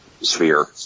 Sphere